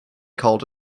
called